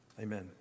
Amen